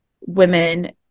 women